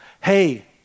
Hey